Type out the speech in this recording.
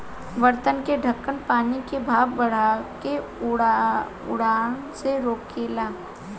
बर्तन के ढकन पानी के भाप बनके उड़ला से रोकेला